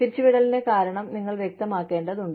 പിരിച്ചുവിടലിന്റെ കാരണം നിങ്ങൾ വ്യക്തമാക്കേണ്ടതുണ്ട്